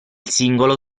singolo